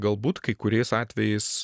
galbūt kai kuriais atvejais